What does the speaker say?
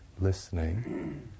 listening